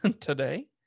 today